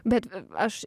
bet aš